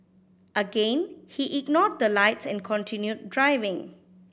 again he ignored the lights and continued driving